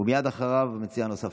ומייד אחריו, המציע הנוסף.